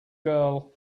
girl